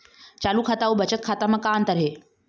चालू खाता अउ बचत खाता म का अंतर हे?